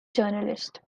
journalist